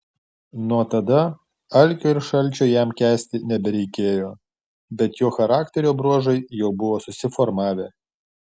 nuo tada alkio ir šalčio jam kęsti nebereikėjo bet jo charakterio bruožai jau buvo susiformavę